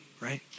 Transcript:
right